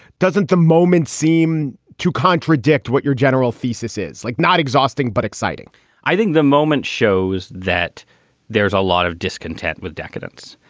doesn't the moment seem to contradict what your general thesis is like? not exhausting, but exciting i think the moment shows that there's a lot of discontent with decadence.